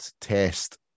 test